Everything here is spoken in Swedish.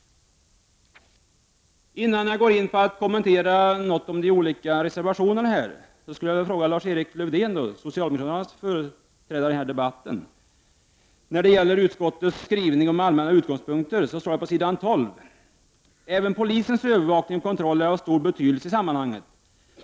Innan jag börjar kommentera de olika reservationerna vill jag fråga Lars Erik Lövdén, socialdemokraternas företrädare i debatten, beträffande utskottets skrivning om allmänna utgångspunkter. Det står på s. 12 följande: ”Även polisens övervakning och kontroll är av stor betydelse i sammanhanget.